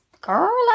Girl